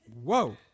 Whoa